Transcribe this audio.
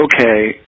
okay